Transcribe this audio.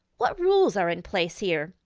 what rules are in place here?